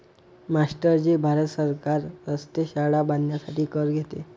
master ji Bharat सरकार रस्ते, शाळा बांधण्यासाठी कर घेते